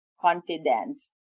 confidence